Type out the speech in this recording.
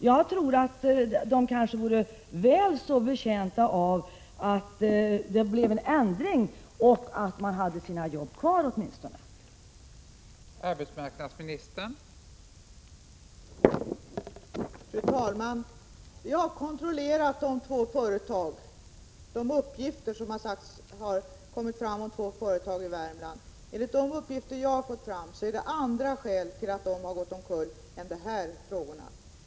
Jag tror att de anställda vore väl så betjänta av att en ändring kom till stånd och att de kunde räkna med att åtminstone ha kvar sina jobb.